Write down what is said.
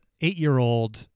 eight-year-old